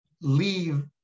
leave